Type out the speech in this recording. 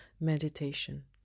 meditation